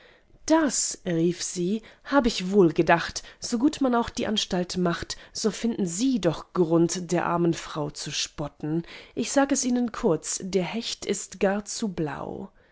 das rief sie habe ich wohl gedacht so gut man auch die anstalt macht so finden sie doch grund der armen frau zu spotten ich sag es ihnen kurz der hecht ist gar zu blau